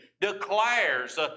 declares